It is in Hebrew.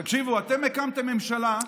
תקשיבו, אתם הקמתם ממשלה,